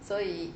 所以